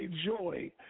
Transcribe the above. joy